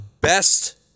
best